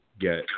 get